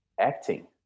acting